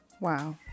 wow